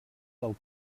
del